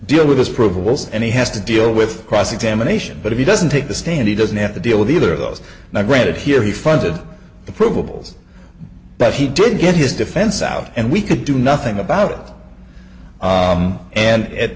deal with his probles and he has to deal with cross examination but if he doesn't take the stand he doesn't have to deal with either of those now granted here he funded the probables but he did get his defense out and we could do nothing about it and it